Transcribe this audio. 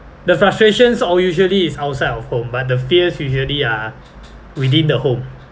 the frustrations all usually is outside of home but the fears usually are within the home